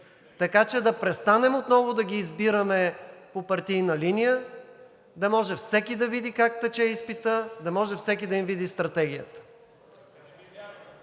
така да престанем отново да ги избираме по партийна линия, да може всеки да види как тече изпитът, да може всеки да им види стратегията.